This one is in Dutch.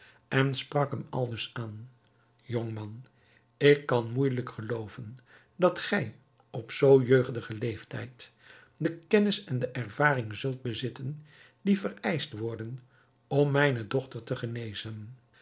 en sprak hem aldus aan jongman ik kan moeijelijk gelooven dat gij op zoo jeugdigen leeftijd de kennis en de ervaring zult bezitten die vereischt worden om mijne dochter te genezen